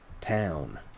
town